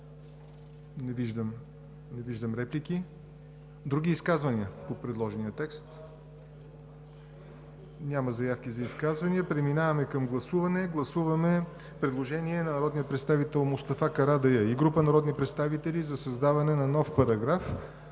Не виждам. Други изказвания по предложения текст? Няма заявки за изказвания. Преминаваме към гласуване. Подлагам на гласуване предложението на народния представител Мустафа Карадайъ и група народни представители за създаване на нов параграф,